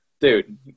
Dude